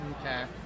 Okay